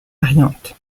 variante